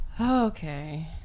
Okay